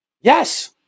Yes